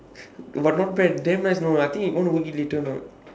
but not bad damn nice you know I think you wanna go eat later or not